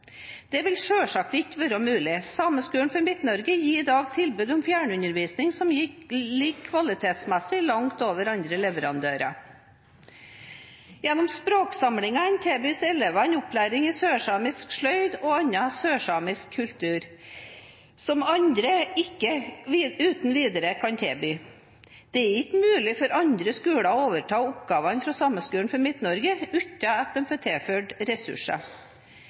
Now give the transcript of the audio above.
Det vil selvsagt ikke være mulig. Sameskolen for Midt-Norge gir i dag tilbud om fjernundervisning som ligger kvalitetsmessig langt over andre leverandører. Gjennom språksamlingene tilbys elevene opplæring i sørsamisk sløyd og annen sørsamisk kultur, som andre ikke uten videre kan tilby. Det er ikke mulig for andre skoler å overta oppgavene fra Sameskolen for Midt-Norge uten at de får tilført ressurser.